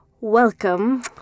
welcome